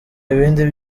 ibindi